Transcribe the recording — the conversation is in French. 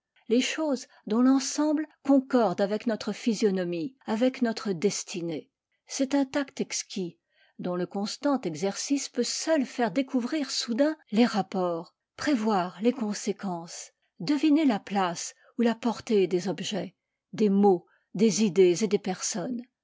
les choses dont l'ensemble concorde avec notre physionomie avec notre destinée c'est un tact exquis dont le constant exercice peut seul faire découvrir soudain les rapports prévoir les conséquences deviner la place ou la portée des objets des mots des idées et des personnes